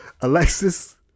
Alexis